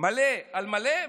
מלא על מלא,